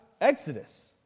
Exodus